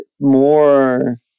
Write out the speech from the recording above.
more